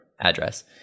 address